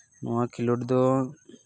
ᱱᱚᱣᱟ ᱠᱷᱮᱞᱳᱰ ᱫᱚ